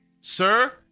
Sir